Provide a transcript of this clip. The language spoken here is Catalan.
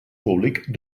públic